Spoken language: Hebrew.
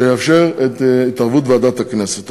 ואז תתאפשר התערבות ועדת הכנסת.